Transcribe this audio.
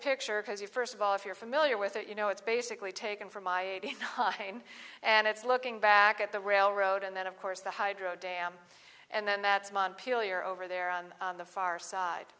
picture because you first of all if you're familiar with it you know it's basically taken from i eighty nine and it's looking back at the railroad and then of course the hydro dam and then that's montpelier over there on the far side